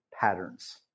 patterns